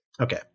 Okay